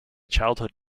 childhood